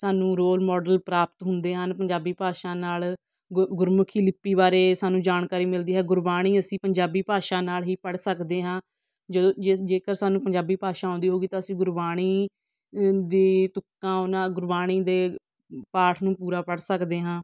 ਸਾਨੂੰ role model ਪ੍ਰਾਪਤ ਹੁੰਦੇ ਹਨ ਪੰਜਾਬੀ ਭਾਸ਼ਾ ਨਾਲ ਗੁ ਗੁਰਮੁਖੀ ਲਿਪੀ ਬਾਰੇ ਸਾਨੂੰ ਜਾਣਕਾਰੀ ਮਿਲਦੀ ਹੈ ਗੁਰਬਾਣੀ ਅਸੀਂ ਪੰਜਾਬੀ ਭਾਸ਼ਾ ਨਾਲ ਹੀ ਪੜ੍ਹ ਸਕਦੇ ਹਾਂ ਜੋ ਜ ਜੇਕਰ ਸਾਨੂੰ ਪੰਜਾਬੀ ਭਾਸ਼ਾ ਆਉਂਦੀ ਹੋਊਗੀ ਤਾਂ ਅਸੀਂ ਗੁਰਬਾਣੀ ਦੀ ਤੁਕਾਂ ਉਹਨਾਂ ਗੁਰਬਾਣੀ ਦੇ ਪਾਠ ਨੂੰ ਪੂਰਾ ਪੜ੍ਹ ਸਕਦੇ ਹਾਂ